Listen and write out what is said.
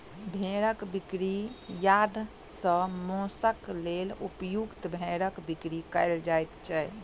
भेंड़ बिक्री यार्ड सॅ मौंसक लेल उपयुक्त भेंड़क बिक्री कयल जाइत छै